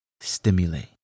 stimulate